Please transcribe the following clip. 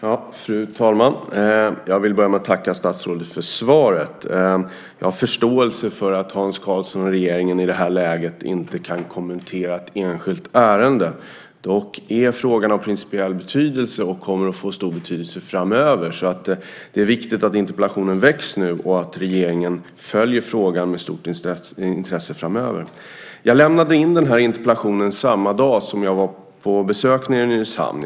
Fru talman! Jag vill börja med att tacka statsrådet för svaret. Jag har förståelse för att Hans Karlsson och regeringen i det här läget inte kan kommentera ett enskilt ärende. Frågan är dock av principiell betydelse och den kommer att få stor betydelse framöver. Det är viktigt att interpellationen väcks nu och att regeringen följer frågan med stort intresse framöver. Jag lämnade in den här interpellationen samma dag som jag var på besök i Nynäshamn.